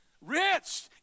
rich